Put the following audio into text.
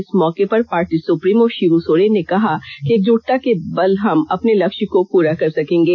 इस मौके पर पार्टी सुप्रीमो षिंबू सोरेन ने कहा कि एकजुटता के बल हम अपने लक्ष्य को पूरा कर सकेंगे